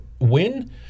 win